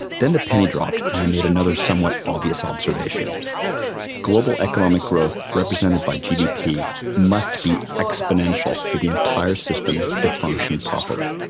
then the penny dropped and i made another somewhat obvious observation global economic growth represented by gdp must be exponential for the entire system to function properly.